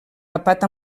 tapat